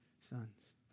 sons